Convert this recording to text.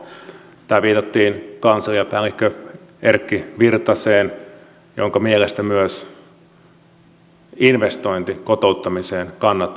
täällä viitattiin kansliapäällikkö erkki virtaseen jonka mielestä myös investointi kotouttamiseen kannattaa